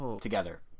together